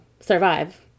survive